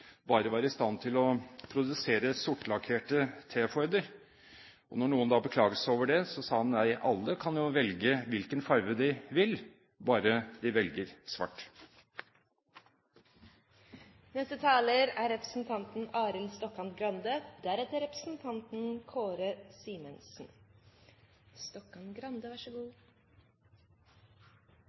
bare var i stand til å produsere sortlakkerte T-forder. Når noen da beklaget seg over det, sa han: Alle kan jo velge hvilken farge de vil, bare de velger svart. Dette er